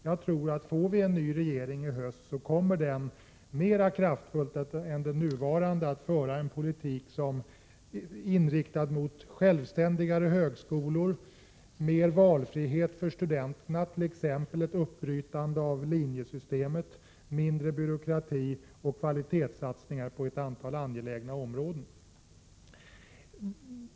Jag tror att får vi en ny regering i höst, så kommer den mera kraftfullt än den nuvarande att föra en politik som är inriktad mot självständigare högskolor, mer valfrihet för studenterna, t.ex. ett uppbrytande av linjesystemet, mindre byråkrati och kvalitetssatsningar på ett antal angelägna områden.